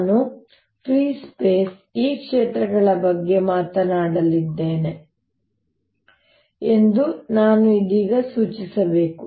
ನಾನು free space ಈ ಕ್ಷೇತ್ರಗಳ ಬಗ್ಗೆ ಮಾತನಾಡುತ್ತಿದ್ದೇನೆ ಎಂದು ನಾನು ಇದೀಗ ಸೂಚಿಸಬೇಕು